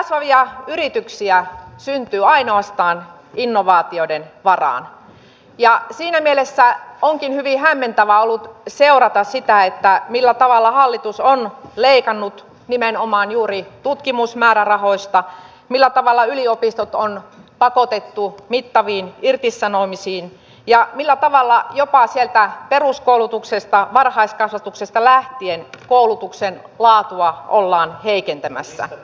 kasvavia yrityksiä syntyy ainoastaan innovaatioiden varaan ja siinä mielessä onkin hyvin hämmentävää ollut seurata sitä millä tavalla hallitus on leikannut nimenomaan juuri tutkimusmäärärahoista millä tavalla yliopistot on pakotettu mittaviin irtisanomisiin ja millä tavalla jopa sieltä peruskoulutuksesta varhaiskasvatuksesta lähtien koulutuksen laatua ollaan heikentämässä